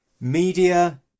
media